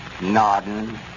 nodding